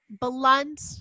blunt